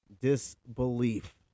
disbelief